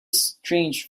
strange